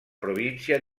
provincia